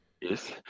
Yes